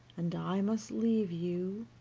and i must leave you,